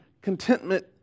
contentment